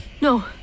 No